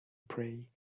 pray